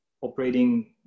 operating